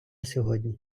сьогодні